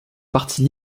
parti